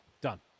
Done